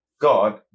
God